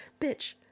bitch